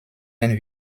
herrn